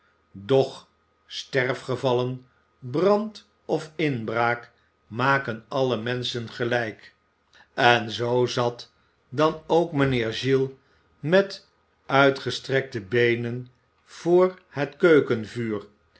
doch sterfgevallen brand of inbraak maken alle menschen gelijk en zoo zat dan ook mijnheer giles met uitgestrekte beenen voor het